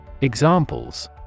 Examples